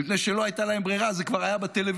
מפני שלא הייתה להם ברירה, זה כבר היה בטלוויזיה.